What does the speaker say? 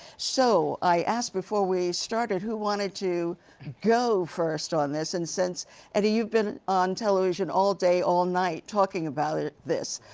so i ask before we started who wanted to go first on this and since eddie you've been on television all day, all night talking about this,